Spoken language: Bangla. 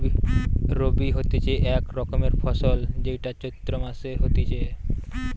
রবি হতিছে এক রকমের ফসল যেইটা চৈত্র মাসে হতিছে